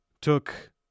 took